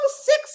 six